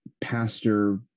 Pastor